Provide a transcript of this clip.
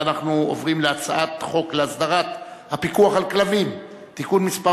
אנחנו עוברים להצעת חוק להסדרת הפיקוח על כלבים (תיקון מס'